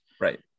Right